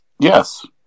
Yes